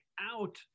out